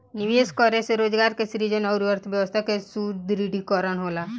निवेश करे से रोजगार के सृजन अउरी अर्थव्यस्था के सुदृढ़ीकरन होला